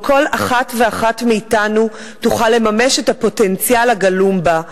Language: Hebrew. שבו כל אחת ואחת מאתנו תוכל לממש את הפוטנציאל הגלום בה.